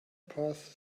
path